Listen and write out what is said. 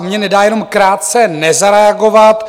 Mně nedá jenom krátce nezareagovat.